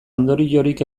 ondoriorik